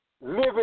living